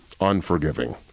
unforgiving